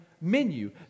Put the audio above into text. menu